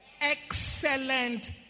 Excellent